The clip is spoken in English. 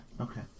Okay